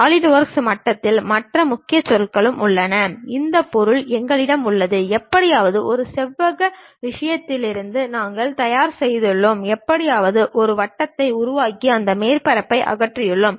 SolidWorks மட்டத்தில் மற்ற முக்கிய சொற்களும் உள்ளன இந்த பொருள் எங்களிடம் உள்ளது எப்படியாவது ஒரு செவ்வக விஷயத்திலிருந்து நாங்கள் தயார் செய்துள்ளோம் எப்படியாவது ஒரு வட்டத்தை உருவாக்கி அந்த மேற்பரப்பை அகற்றியுள்ளோம்